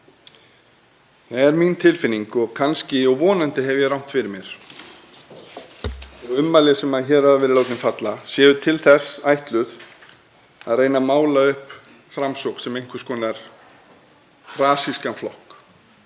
Það er mín tilfinning og kannski og vonandi hef ég rangt fyrir mér að ummæli sem hér hafa verið látin falla séu til þess ætluð að reyna að mála upp Framsókn sem einhvers konar rasískan flokk.